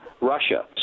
Russia